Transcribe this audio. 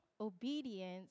obedience